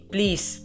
Please